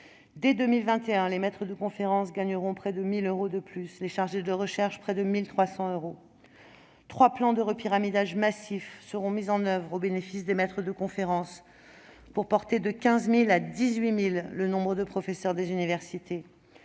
dès 2021, les maîtres de conférences gagneront près de 1 000 euros de plus, les chargés de recherche près de 1 300 euros. Trois plans massifs de repyramidage seront mis en oeuvre au bénéfice des maîtres de conférences, pour porter de 15 000 à 18 000 le nombre de professeurs des universités